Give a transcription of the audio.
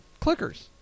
Clickers